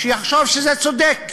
שיחשוב שזה צודק,